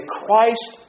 christ